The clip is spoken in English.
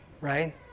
right